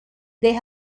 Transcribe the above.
they